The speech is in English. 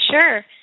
Sure